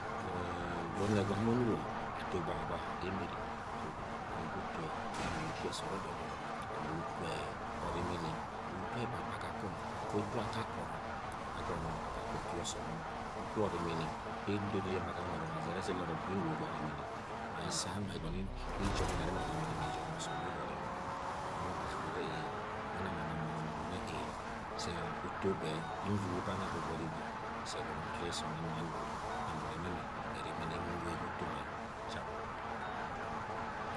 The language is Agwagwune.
Wo-e-e-e wa onne gova ma onuom ato gbahagbaha. Emere se, angu-eguten onungo utu-ne sọọd edo dọmo anugo utme. Orimini anugo utu-e ebaba gakong utu akake orọk numgo ogomo utu ye oson umu. Utu orimimi se nọrọ gulud enugo ga orimini ma ese gang nwe egọnọ ijog none ni orimini mi ijog ma osọm mida orimini wang nwe ẹna ọbazi udon ndot nẹ-e se utu me bi nvuko bange gbogbon gwud se egọnọ utu ye asom anung anungo nam nemẹ ni me erimi ye nung nugo ege utu nwe cham.